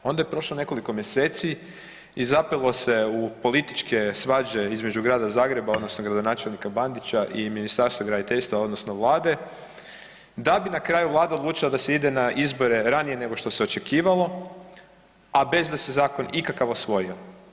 Onda je prošlo nekoliko mjeseci i zapelo se u političke svađe između Grada Zagreba odnosno gradonačelnika Bandića i Ministarstva graditeljstva odnosno Vlade da bi na kraju Vlada odlučila da se ide na izbore ranije nego što se očekivalo, a bez da se zakon ikakav usvojio.